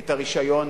את הרשיון